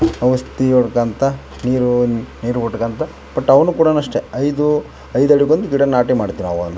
ಔಷಧಿ ಹೊಡ್ಕೋತ ನೀರು ನೀರು ಬಿಡ್ಕೋತ ಬಟ್ ಅವನ್ನು ಕೂಡ ಅಷ್ಟೇ ಐದು ಐದು ಅಡಿಗೊಂದು ಗಿಡ ನಾಟಿ ಮಾಡ್ತಿವಿ ಅವನ್ನು